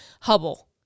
Hubble